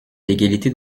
l’égalité